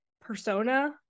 persona